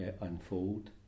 unfold